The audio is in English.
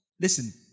Listen